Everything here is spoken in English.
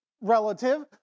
relative